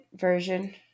version